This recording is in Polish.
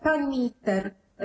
Pani Minister!